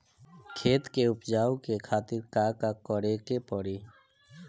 खेत के उपजाऊ के खातीर का का करेके परी?